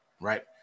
right